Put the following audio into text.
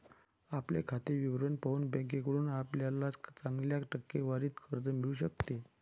आपले खाते विवरण पाहून बँकेकडून आपल्याला चांगल्या टक्केवारीत कर्ज मिळू शकते